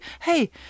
hey